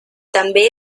també